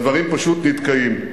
הדברים פשוט נתקעים.